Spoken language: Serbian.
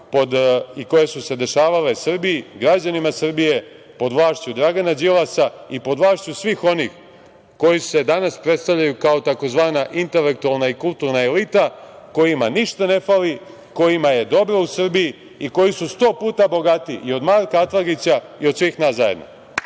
i koje su se dešavale Srbiji, građanima Srbije pod vlašću Dragana Đilasa i pod vlašću svih onih koji se danas predstavljaju kao tzv. intelektualna i kulturna elita, kojima ništa ne fali, kojima je dobro u Srbiji i koji su sto puta bogatiji i od Marka Atlagića i od svih nas zajedno.